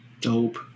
Dope